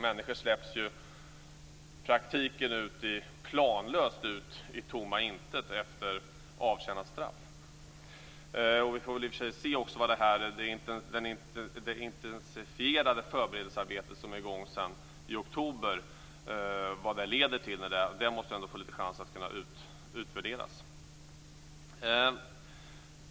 Människor släpps i praktiken planlöst ut i tomma intet efter avtjänat straff. Vi får se vad det intensifierade förberedelsearbete som är i gång sedan oktober leder till. Man måste få en chans att utvärdera det.